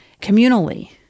communally